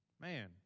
Man